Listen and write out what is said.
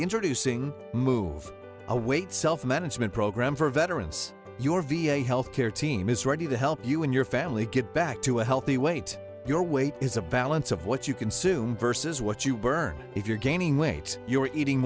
introducing move a weight self management program for veterans your v a health care team is ready to help you and your family get back to a healthy weight your weight is a balance of what you consume versus what you burn if you're gaining weight you're eating